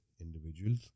individuals